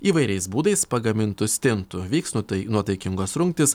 įvairiais būdais pagamintų stintų vyks nutai nuotaikingos rungtys